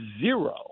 zero